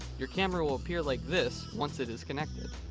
your camera will appear like this once it is connected.